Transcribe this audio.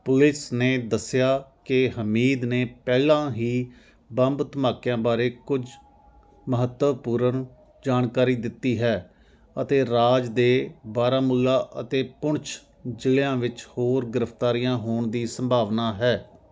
police ਨੇ ਦੱਸਿਆ ਕਿ ਹਮੀਦ ਨੇ ਪਹਿਲਾਂ ਹੀ ਬੰਬ ਧਮਾਕਿਆਂ ਬਾਰੇ ਕੁੱਝ ਮਹੱਤਵਪੂਰਨ ਜਾਣਕਾਰੀ ਦਿੱਤੀ ਹੈ ਅਤੇ ਰਾਜ ਦੇ ਬਾਰਾਮੂਲਾ ਅਤੇ ਪੂਨਛ ਜ਼ਿਲ੍ਹਿਆਂ ਵਿੱਚ ਹੋਰ ਗ੍ਰਿਫਤਾਰੀਆਂ ਹੋਣ ਦੀ ਸੰਭਾਵਨਾ ਹੈ